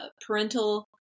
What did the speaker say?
parental